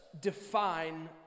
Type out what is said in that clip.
define